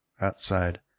outside